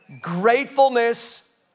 Gratefulness